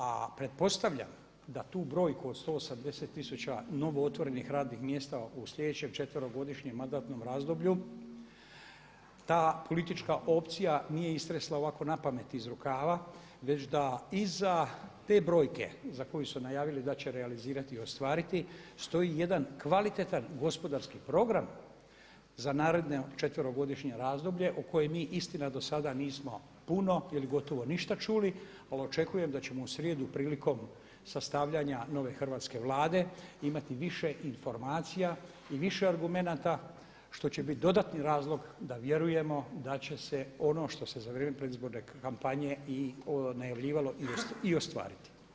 A pretpostavljam da tu brojku od 180 tisuća novootvorenih radnih mjesta u sljedećem 4-godišnjem mandatnom razdoblju ta politička opcija nije istresla ovako napamet iz rukava već da iza te brojke iza koje su najavili da će realizirati i ostvariti stoji jedan kvalitetan gospodarski program za naredno 4-godišnje razdoblje u koje mi istina dosada nismo puno ili gotovo ništa čuli pa očekujem da ćemo u srijedu prilikom sastavljanja nove Hrvatske vlade imati više informacija i više argumenata što će biti dodatni razlog da vjerujemo da će se ono što se za vrijeme predizborne kampanje najavljivalo i ostvariti.